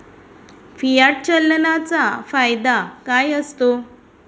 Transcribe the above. Fiat चलनाचा फायदा काय असतो?